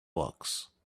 books